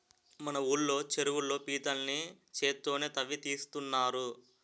మన ఊళ్ళో చెరువుల్లో పీతల్ని చేత్తోనే తవ్వి తీస్తున్నారు